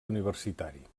universitari